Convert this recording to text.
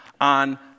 on